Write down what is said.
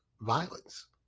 violence